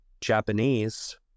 Japanese